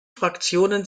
fraktionen